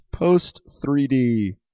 Post-3D